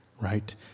right